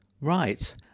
Right